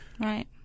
Right